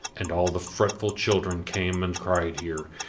and all the fretful children came and cried here,